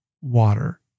water